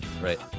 Right